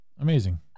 amazing